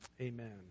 Amen